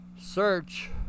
search